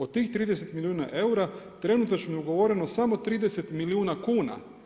Od tih 30 milijuna eura trenutačno je ugovoreno samo 30 millijuna kuna.